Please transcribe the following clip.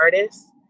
artists